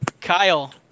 Kyle